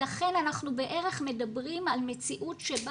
לכן אנחנו בערך מדברים על מציאות שבה